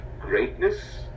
greatness